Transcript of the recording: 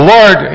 Lord